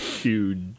Huge